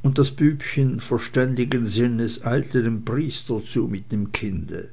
und das bübchen verständigen sinnes eilte dem priester zu mit dem kinde